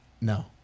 No